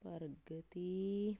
ਪ੍ਰਗਤੀ